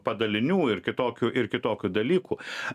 padalinių ir kitokių ir kitokių dalykų